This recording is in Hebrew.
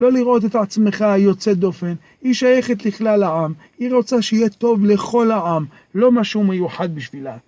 לא לראות את עצמך היוצא דופן, היא שייכת לכלל העם, היא רוצה שיהיה טוב לכל העם, לא משהו מיוחד בשבילה.